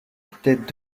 tête